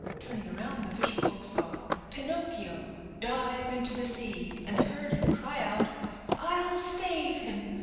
turning around, the fisher folk saw pinocchio dive into the sea and heard him cry out i'll save him!